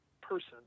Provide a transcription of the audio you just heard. person